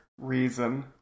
reason